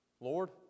Lord